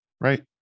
right